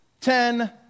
Ten